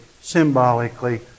symbolically